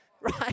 Right